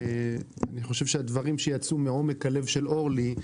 אני חושב שהדברים שיצאו מעומק הלב של אורלי,